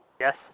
Yes